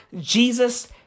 Jesus